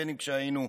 בין כשהיינו,